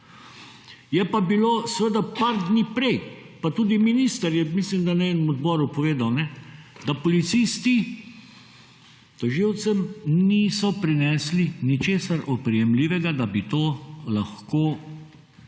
Je pa bilo, seveda, par dni prej, pa tudi minister je, mislim da, na enem odboru povedal, da policisti tožilcem niso prinesli ničesar oprijemljivega, da bi to lahko